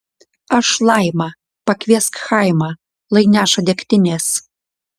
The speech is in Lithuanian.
aš laima pakviesk chaimą lai neša degtinės